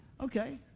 Okay